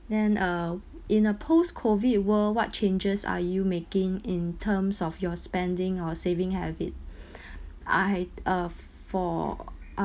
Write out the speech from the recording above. then uh in a post-COVID world what changes are you making in terms of your spending or saving habit I uh for I